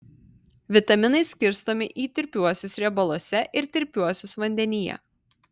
vitaminai skirstomi į tirpiuosius riebaluose ir tirpiuosius vandenyje